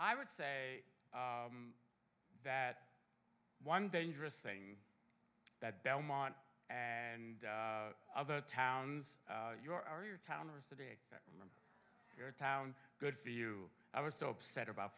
i would say that one dangerous thing that belmont and other towns your or your town or city or town good for you i was so upset about